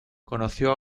conoció